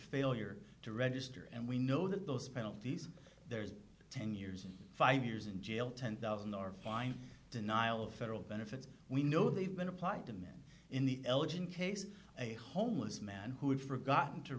failure to register and we know that those penalties there's ten years five years in jail ten thousand or fine denial of federal benefits we know they've been applied to men in the elgin case a homeless man who had forgotten to